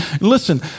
Listen